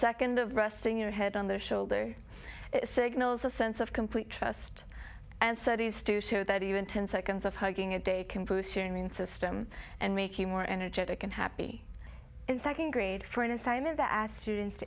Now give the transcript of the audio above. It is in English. second of resting your head on the shoulder it signals a sense of complete trust and studies to show that even ten seconds of hugging a day can boost your immune system and make you more energetic and happy in second grade for an assignment that asked students